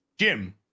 Jim